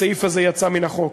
הסעיף הזה יצא מן החוק.